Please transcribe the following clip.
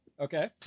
Okay